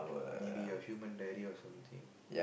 maybe a human diary or something